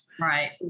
right